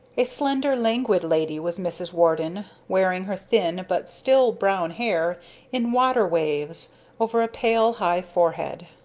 a slender, languid lady was mrs. warden, wearing her thin but still brown hair in water-waves over a pale high forehead.